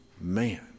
man